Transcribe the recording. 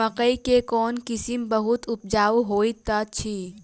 मकई केँ कोण किसिम बहुत उपजाउ होए तऽ अछि?